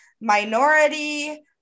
minority